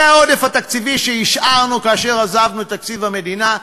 זה העודף התקציבי שהשארנו כאשר עזבנו את תקציב המדינה.